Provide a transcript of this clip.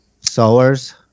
Sowers